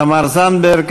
תמר זנדברג,